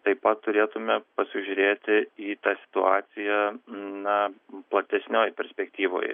taip pat turėtume pasižiūrėti į tą situaciją na platesnioj perspektyvoj